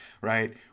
right